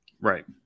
Right